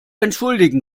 entschuldigen